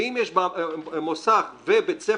ואם יש מוסך ובית ספר,